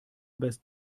übers